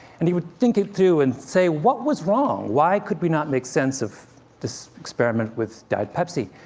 and he would think it through and say, what was wrong? why could we not make sense of this experiment with diet pepsi?